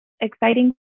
exciting